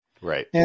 Right